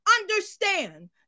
Understand